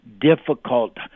difficult